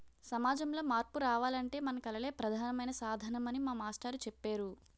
సమాజంలో మార్పు రావాలంటే మన కళలే ప్రధానమైన సాధనమని మా మాస్టారు చెప్పేరు